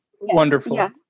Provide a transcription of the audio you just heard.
Wonderful